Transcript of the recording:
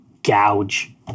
gouge